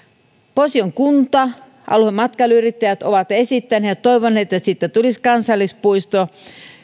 posion kunta ja alueen matkailuyrittäjät ovat esittäneet ja toivoneet että siitä tulisi kansallispuisto